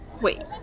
Wait